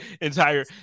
entire